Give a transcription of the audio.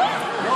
להעביר